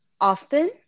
often